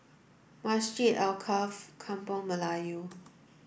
Masjid Alkaff Kampung Melayu